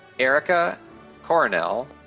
erika coronel,